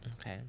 okay